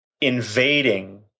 invading